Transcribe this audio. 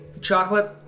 chocolate